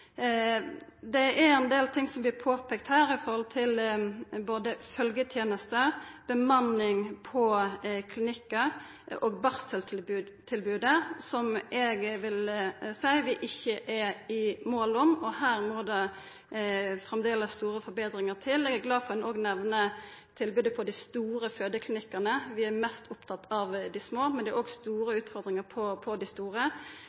Det er ein del ting som blir påpeika her når det gjeld både følgeteneste, bemanning på klinikkar og barseltilbodet, som vi ikkje er i mål med. Her må det framleis store forbetringar til. Eg er glad for at ein òg nemner tilbodet på dei store fødeklinikkane. Vi er mest opptatt av dei små, men det er òg store utfordringar på dei store.